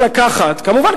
כמובן,